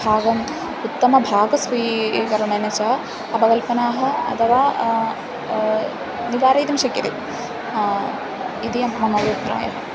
भागम् उत्तमभागस्वीकरणेन च अपकल्पनाः अथवा निवारयितुं शक्यते इतीयं मम अभिप्रायः